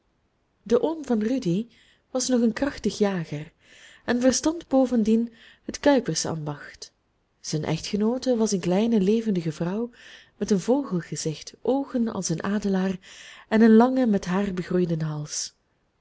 de oom van rudy was nog een krachtig jager en verstond bovendien het kuipersambacht zijn echtgenoote was een kleine levendige vrouw met een vogelgezicht oogen als een adelaar en een langen met haar begroeiden hals